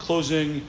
Closing